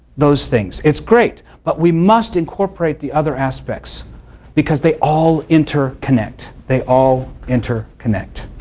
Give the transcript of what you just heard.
those things. it's great. but we must incorporate the other aspects because they all interconnect. they all interconnect.